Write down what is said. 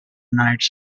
night